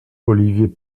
olivier